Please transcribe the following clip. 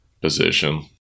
position